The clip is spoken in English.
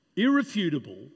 irrefutable